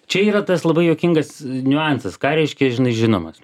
čia yra tas labai juokingas niuansas ką reiškia žinai žinomas